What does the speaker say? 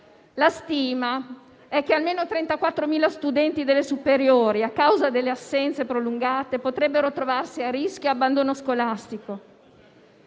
La stima è che almeno 34.000 studenti delle superiori a causa delle assenze prolungate potrebbero trovarsi a rischio di abbandono scolastico.